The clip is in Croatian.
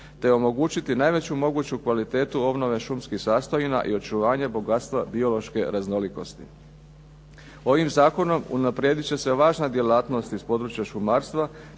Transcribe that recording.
te omogućiti najveću moguću kvalitetu obnove šumskih sastojina i očuvanje bogatstva biološke raznolikosti. Ovim zakonom unaprijedit će se važna djelatnost iz područja šumarstva